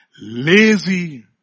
Lazy